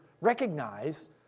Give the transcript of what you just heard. recognize